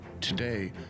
Today